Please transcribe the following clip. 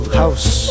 house